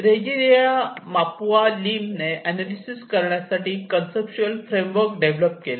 Regina Mapua Lim ने analyses करण्यासाठी conceptual framework develop केले